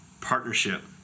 Partnership